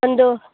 ಒಂದು